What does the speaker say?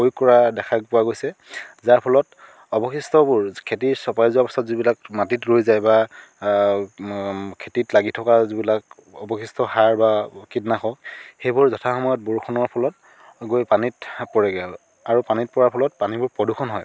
প্ৰয়োগ কৰা দেখা পোৱা গৈছে যাৰ ফলত অৱশিষ্টবোৰ খেতি চপাই যোৱাৰ পিছত যিবিলাক মাটিত ৰৈ যায় বা খেতিত লাগি থকা যিবিলাক অৱশিষ্ট সাৰ বা কীটনাশক সেইবোৰ যথাসময়ত বৰষুণৰ ফলত গৈ পানীত পৰেগে আৰু পানীত পৰাৰ ফলত পানীবোৰ প্ৰদূষণ হয়